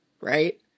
right